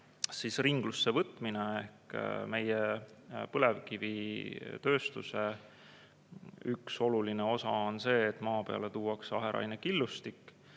ära ringlusse võtmine. Meie põlevkivitööstuse üks oluline osa on see, et maa peale tuuakse aherainekillustik,